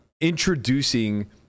introducing